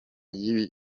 y’ibanga